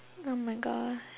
oh my gosh